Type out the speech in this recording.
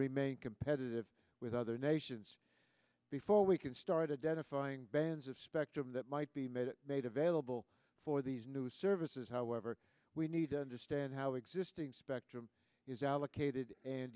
remain competitive with other nations before we can start identifying bands of spectrum that might be made made available for these new services however we need to understand how existing spectrum is allocated and